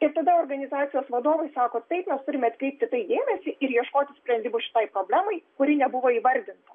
ir tada organizacijos vadovai sako taip mes turime atkreipti į tai dėmesį ir ieškoti sprendimų šitai problemai kuri nebuvo įvardinta